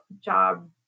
job